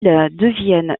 deviennent